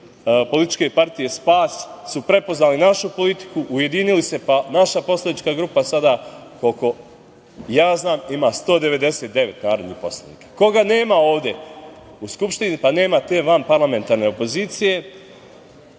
političke partije SPAS su prepoznali našu politiku, ujedinili se, pa naša poslanička grupa sada, koliko ja znam, ima 199 narodnih poslanika. Koga nema ovde u Skupštini? Pa nema te vanparlamentarne opozicije.